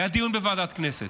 היה דיון בוועדת הכנסת,